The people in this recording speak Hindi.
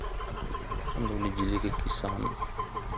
चंदौली जिले के किसान